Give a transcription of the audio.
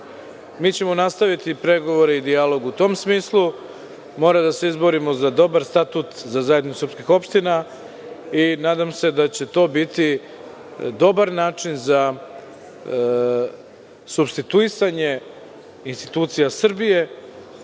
ćemo nastaviti pregovore i dijalog u tom smislu mora da se izborimo za dobar statut za zajednicu srpskih opština i nadam se da će to biti dobar način za supstituisanje institucija Srbije